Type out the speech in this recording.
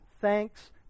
Thanks